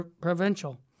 Provincial